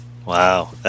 Wow